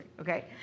okay